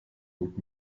hut